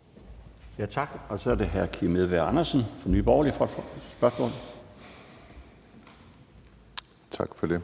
for et spørgsmål. Kl. 13:02 Kim Edberg Andersen (NB): Tak for det.